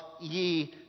ye